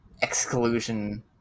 exclusion